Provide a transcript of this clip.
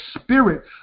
spirit